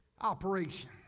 Operation